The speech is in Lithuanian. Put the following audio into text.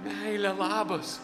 meile labas